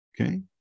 okay